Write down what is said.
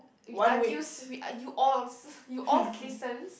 we argues we uh you alls you all listens